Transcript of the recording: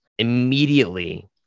immediately